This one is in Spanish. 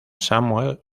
samuel